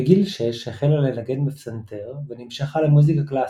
בגיל 6 החלה לנגן בפסנתר ונמשכה למוזיקה קלאסית,